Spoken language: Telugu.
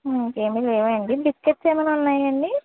ఇంకేమీ లేవా అండి బిస్కెట్స్ ఏమన్న ఉన్నాయా అండి